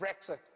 Brexit